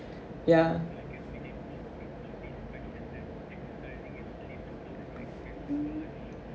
ya mm